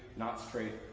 not straight,